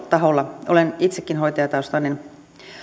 taholla olen itsekin hoitajataustainen